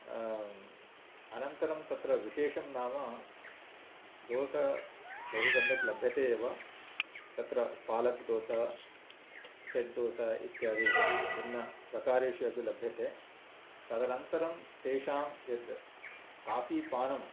अनन्तरं तत्र विशेषं नाम दोसा बहु सम्यक् लभ्यते एव तत्र पालक् दोसा सेट् दोसा इत्यादि भिन्नप्रकारेषु अपि लभ्यते तदनन्तरं तेषां यत् काफी पानम्